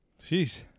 jeez